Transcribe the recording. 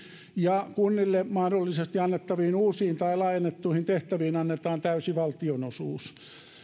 ja kunnille mahdollisesti annettaviin uusiin tai laajennettuihin tehtäviin annetaan täysi valtionosuus